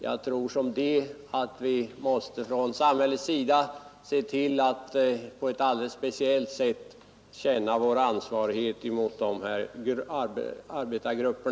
Jag tror som de att vi från samhällets sida på ett alldeles speciellt sätt måste känna vår ansvarighet mot dessa grupper.